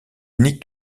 unique